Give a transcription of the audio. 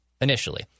initially